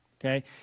Okay